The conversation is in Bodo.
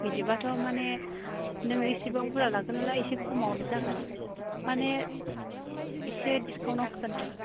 बिदिबाथ' मानि नों एसेबां बुरजा लागोन नालाय एसे खमावनो जागोन मामे एसे डिसकाउनाव होगोन आरो